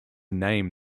name